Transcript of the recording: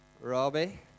Robbie